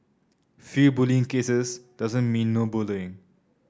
few bullying cases doesn't mean no bullying